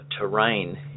terrain